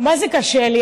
מה זה קשה לי.